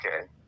Okay